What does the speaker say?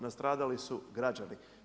Nastradali su građani.